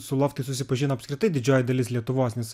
su loftais susipažino apskritai didžioji dalis lietuvos nes